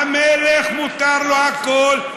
המלך מותר לו הכול,